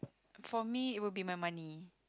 for me it will be my money